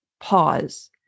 Pause